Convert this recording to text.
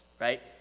right